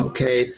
Okay